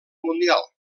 mundial